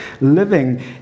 living